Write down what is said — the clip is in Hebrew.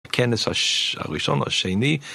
הכנס הראשון או השני